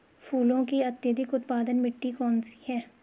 फूलों की अत्यधिक उत्पादन मिट्टी कौन सी है?